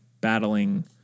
battling